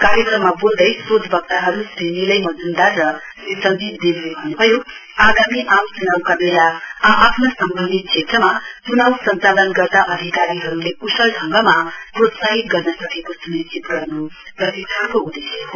कार्यक्रममा वोल्दै श्रोतवक्ताहरु श्री निलय मजुमदार र श्री सञ्जीब देवले भन्नुभयो आगामी आम चुनाउका वेला आ आफ्ना सम्विन्धत क्षेत्रमा चुनाउ संचालन गर्दा अधिकारीहरुले कुशल ढंगमा प्रोत्साहित गर्न सकेको सुनिश्चित गर्नु प्रशिक्षणको उदेश्य हो